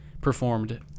performed